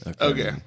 Okay